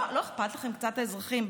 לא אכפת לכם קצת מהאזרחים?